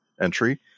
entry